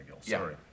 sorry